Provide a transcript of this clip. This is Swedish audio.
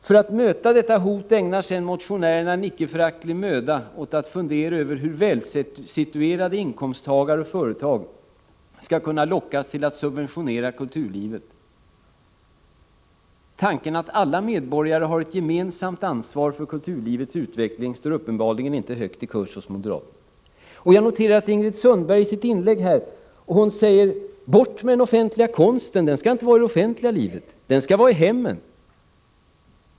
För att möta detta hot ägnar sedan motionärerna en icke föraktlig möda åt att fundera över hur välsituerade inkomsttagare och företag skall kunna lockas till att subventionera kulturlivet. Tanken att alla medborgare har ett gemensamt ansvar för kulturlivets utveckling står uppenbarligen inte högt i kurs hos moderaterna. Jag noterade att Ingrid Sundberg i sitt inlägg här sade: Bort med den offentliga konsten! Konsten skall inte vara i det offentliga livet, utan i hemmen.